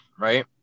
right